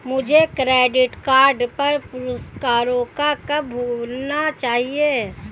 मुझे credit card पर पुरस्कारों को कब भुनाना चाहिए?